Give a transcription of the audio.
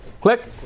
click